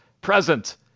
present